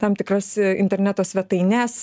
tam tikras interneto svetaines